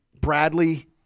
Bradley